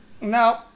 No